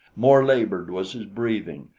more labored was his breathing,